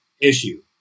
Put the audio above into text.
issue